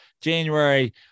January